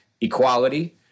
Equality